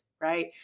right